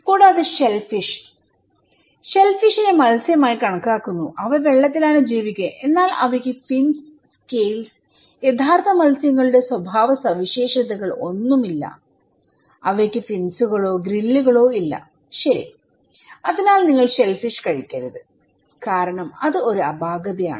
കൂടാതെ ഷെൽഫിഷ് ഷെൽഫിഷി നെ മത്സ്യമായി കണക്കാക്കുന്നു അവ വെള്ളത്തിലാണ് ജീവിക്കുന്നത് എന്നാൽ അവയ്ക്ക് ഫിൻസ് സ്കേൽസ് യഥാർത്ഥ മത്സ്യങ്ങളുടെ സ്വഭാവസവിശേഷതകൾ ഒന്നും ഇല്ല അവയ്ക്ക് ഫിൻസുകളോ ഗ്രില്ലുകളോ ഇല്ല ശരി അതിനാൽ നിങ്ങൾ ഷെൽഫിഷ് കഴിക്കരുത് കാരണം അത് ഒരു അപാകതയാണ്